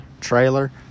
trailer